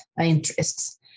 interests